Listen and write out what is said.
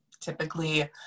Typically